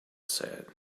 said